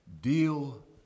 Deal